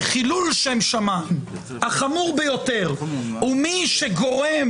שחילול שם שמיים החמור ביותר הוא מי שגורם